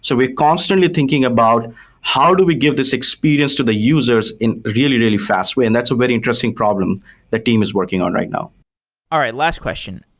so we're constantly thinking about how do we give this experience to the users in really, really fast way? and that's a very interesting problem the team is working on right now all right, last question.